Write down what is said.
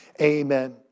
Amen